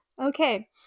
Okay